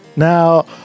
Now